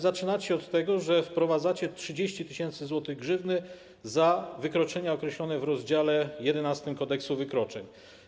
Zaczynacie od tego, że wprowadzacie 30 tys. zł grzywny za wykroczenia określone w rozdziale XI Kodeksu wykroczeń.